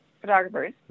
photographers